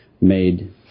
made